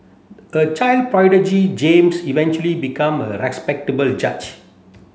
a child prodigy James eventually become a respectable judge